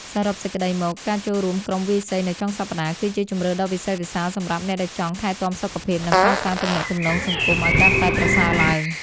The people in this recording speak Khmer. សរុបសេចក្ដីមក ការចូលរួមក្រុមវាយសីនៅចុងសប្តាហ៍ គឺជាជម្រើសដ៏វិសេសវិសាលសម្រាប់អ្នកដែលចង់ថែទាំសុខភាព និងកសាងទំនាក់ទំនងសង្គមឱ្យកាន់តែប្រសើរឡើង។